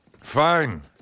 Fine